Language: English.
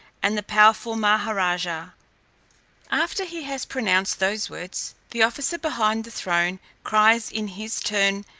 and the powerful maha-raja after he has pronounced those words, the officer behind the throne cries in his turn,